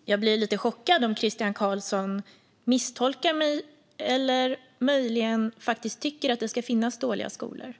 Fru talman! Jag blir lite chockad om Christian Carlsson misstolkar mig eller möjligen faktiskt tycker att det ska finnas dåliga skolor.